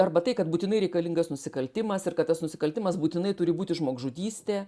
arba tai kad būtinai reikalingas nusikaltimas ir kad tas nusikaltimas būtinai turi būti žmogžudystė